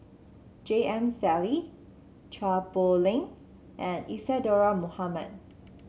J M Sali Chua Poh Leng and Isadhora Mohamed